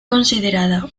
considerada